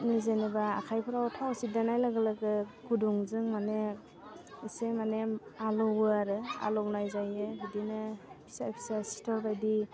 जेनेबा आखाइफ्राव थाव सिरदावनाय लोगो लोगो गुदुंजों माने एसे माने आलौवो आरो आलौनाय जायो बिदिनो फिसा फिसा सिथर बायदि